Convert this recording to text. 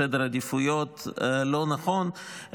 בסדר עדיפויות לא נכון,